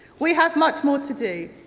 we have much more to do.